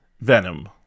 Venom